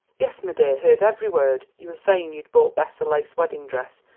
yes, m' dear heard every word you were saying you'd bought bess a lace wedding dress,